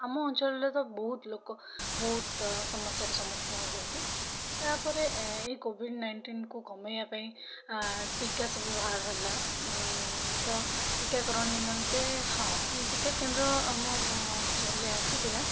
ଆମ ଅଞ୍ଚଳରେ ତ ବହୁତ୍ ଲୋକ ବହୁତ୍ ସମସ୍ୟାର ସମ୍ମୁଖୀନ ହୋଇଛନ୍ତି ତା'ପରେ ଏଇ କୋଭିଡ୍ ନାଇଣ୍ଟିନ୍ କୁ କମେଇବା ପାଇଁ ଟୀକା ସବୁ ବାହାର ହେଲା ତ ଟୀକାକରଣ ନିମନ୍ତେ ହଁ ଟୀକାକେନ୍ଦ୍ର ଆମ ଅଞ୍ଚଲରେ ଆସିଥିଲା